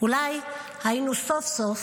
אולי היינו סוף-סוף